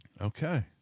Okay